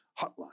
hotline